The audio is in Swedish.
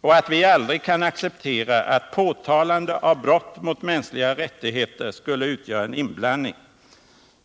och att vi aldrig kan acceptera att påtalande av brott mot mänskliga rättigheter skulle utgöra en inblandning.